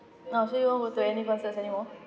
oh so you won't go to any concerts anymore